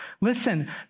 Listen